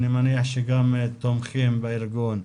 אני מניח שגם תומכים בארגון,